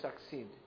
succeed